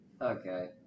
Okay